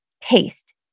taste